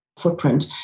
footprint